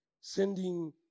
sending